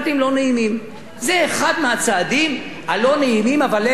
זה אחד הצעדים הלא-נעימים אבל מחויבי המציאות.